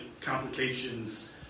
complications